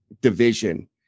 division